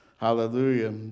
Hallelujah